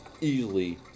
easily